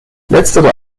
letztere